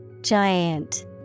giant